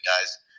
guys